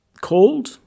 called